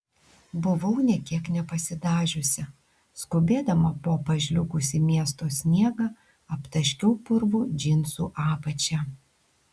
buvau nė kiek nepasidažiusi skubėdama po pažliugusį miesto sniegą aptaškiau purvu džinsų apačią